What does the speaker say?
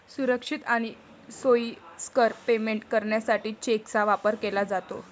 सुरक्षित आणि सोयीस्कर पेमेंट करण्यासाठी चेकचा वापर केला जातो